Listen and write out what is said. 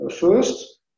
first